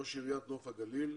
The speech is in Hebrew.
ראש עיריית נוף הגליל,